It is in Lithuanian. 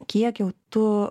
kiek jau tu